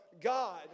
God